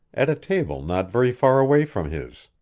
at a table not very far away from his.